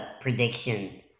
prediction